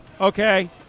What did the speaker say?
okay